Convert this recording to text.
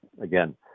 again